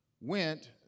went